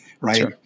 right